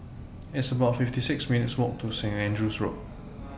It's about fifty six minutes' Walk to Saint Andrew's Road